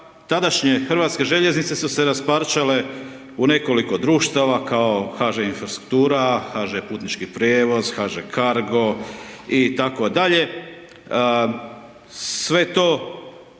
tadašnje Hrvatske željeznice su se rasparčale u nekoliko društava, kao HŽ Infrastruktura, HŽ Putnički prijevoz, HŽ Cargo, itd. sve to